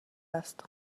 است